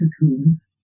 cocoons